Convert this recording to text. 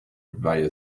via